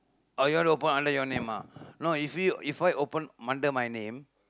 orh you want to open under your name ah no if you if I open under my name